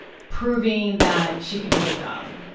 proving that she could do the job,